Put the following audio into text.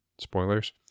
Spoilers